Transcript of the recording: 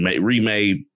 remade